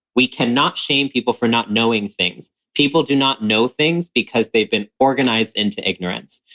we cannot shame people for not knowing things. people do not know things because they've been organized into ignorance.